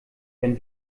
wenn